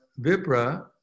vipra